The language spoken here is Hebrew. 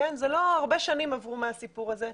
זה לא הרבה שנים שעברו מהסיפור הזה.